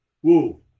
Whoa